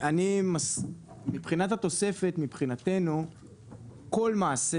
לגבי התוספת מבחינתנו כל מעשה